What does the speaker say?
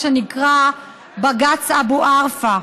מה שנקרא בג"ץ אבו ערפה,